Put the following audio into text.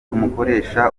umukoresha